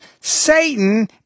Satan